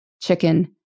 chicken